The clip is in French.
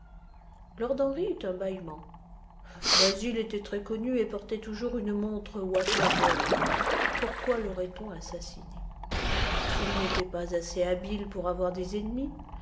lord henry eut un bâillement basil était très connu et portait toujours une montre waterbury pourquoi laurait on assassiné nétait pas assez habile pour avoir des ennemis